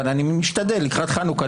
אבל אני משתדל להתחדש לקראת חנוכה,